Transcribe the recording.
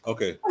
Okay